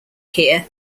here